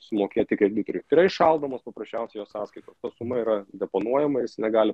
sumokėti kreditoriui ti yra įšaldomos paprasčiausiai jo sąskaitos suma yra deponuojama jis negali